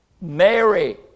Mary